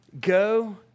go